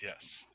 Yes